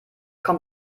kommt